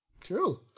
Cool